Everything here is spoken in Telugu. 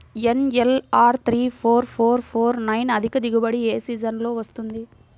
NLR three four four four nine అధిక దిగుబడి ఏ సీజన్లలో వస్తుంది?